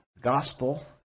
Gospel